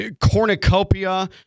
cornucopia